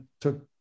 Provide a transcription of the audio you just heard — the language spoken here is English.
took